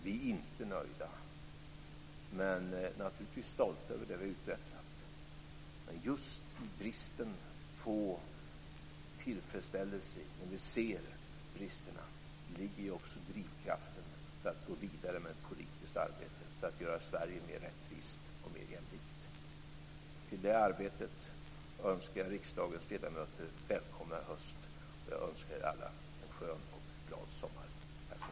Vi är inte nöjda men naturligtvis stolta över det vi har uträttat. Men just i bristen på tillfredsställelse när vi ser bristerna ligger också drivkraften att gå vidare med ett politiskt arbete för att göra Sverige mer rättvist och mer jämlikt. Till det arbetet önskar jag riksdagens ledamöter välkomna i höst, och jag önskar er alla en skön och glad sommar! Tack skall ni ha!